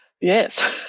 Yes